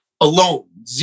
Alone